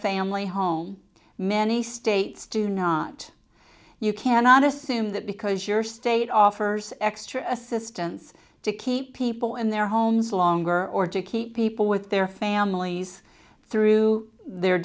family home many states do not you cannot assume that because your state offers extra assistance to keep people in their homes longer or to keep people with their families through the